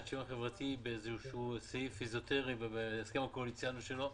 לשוויון חברתי באיזשהו סעיף אזוטרי ובהסכם הקואליציוני שלו,